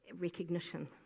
recognition